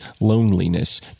loneliness